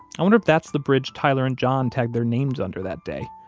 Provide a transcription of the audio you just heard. i wonder if that's the bridge tyler and john tagged their names under that day,